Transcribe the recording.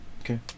Okay